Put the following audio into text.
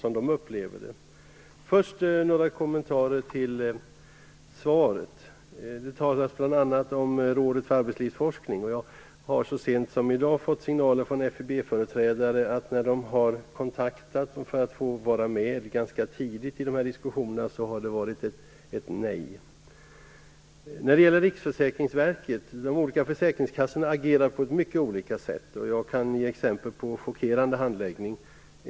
Först vill jag komma med några kommentarer till svaret. Det talas bl.a. om Rådet för arbetslivsforskning. Jag har så sent som i dag fått signaler från FEB företrädare om att de, när de tagit kontakter för att få vara med ganska tidigt i diskussionerna, fått ett nej. När det gäller Riksförsäkringsverket agerar de olika försäkringskassorna på mycket olika sätt. Jag kan ge exempel på chockerande handläggning.